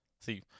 See